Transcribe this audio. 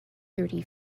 thirty